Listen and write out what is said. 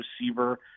receiver